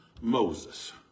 Moses